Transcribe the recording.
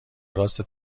راست